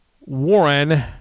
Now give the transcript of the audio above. Warren